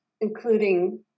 including